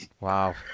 Wow